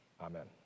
Amen